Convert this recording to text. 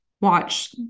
watch